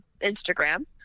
instagram